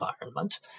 environment